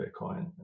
bitcoin